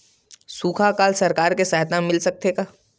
सुखा अकाल सरकार से सहायता मिल सकथे का?